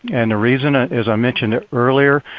and reason, ah as i mentioned earlier,